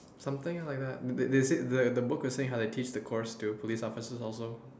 something like that they they said the book was saying how they teach the course to police officers also